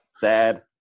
Sad